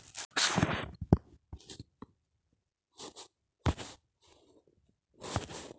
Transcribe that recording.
pension समाज के बुजुर्ग व्यक्तियों को आत्मसम्मान से जीने का हौसला देती है